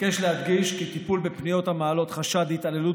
אבקש להדגיש כי טיפול בפניות המעלות חשד להתעללות